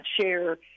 share